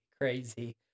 crazy